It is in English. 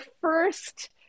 first